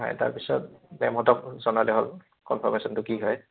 হয় তাৰপিছত মেমহঁতক জনালে হ'ল কনফাৰ্মেশ্য়নটো কি হয়